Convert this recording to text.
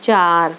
چار